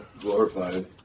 Glorified